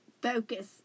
Focus